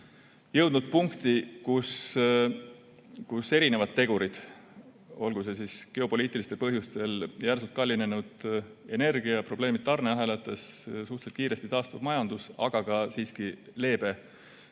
jõudnud punkti, kus erinevad tegurid, näiteks geopoliitilistel põhjustel järsult kallinenud energia ja probleemid tarneahelates, suhteliselt kiiresti taastuv majandus, aga siiski ka leebe